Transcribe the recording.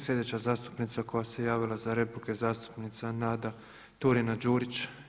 Slijedeća zastupnica koja se javila za repliku je zastupnica Nada Turina-Đurić.